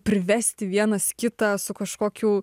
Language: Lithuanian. privesti vienas kitą su kažkokiu